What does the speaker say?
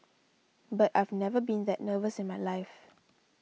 but I've never been that nervous in my life